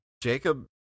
Jacob